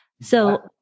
So-